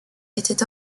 était